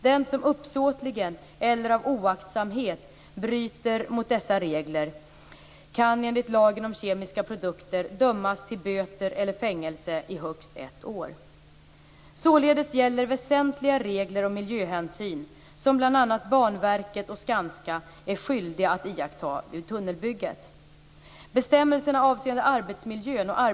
Den som uppsåtligen eller av oaktsamhet bryter mot dessa regler kan enligt lagen om kemiska produkter dömas till böter eller fängelse i högst ett år. Således gäller väsentliga regler om miljöhänsyn som bl.a. Banverket och Skanska är skyldiga att iaktta vid tunnelbygget.